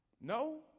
No